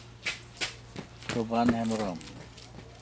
ᱥᱚᱵᱟᱱ Hembrom